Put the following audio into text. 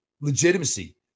legitimacy